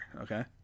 okay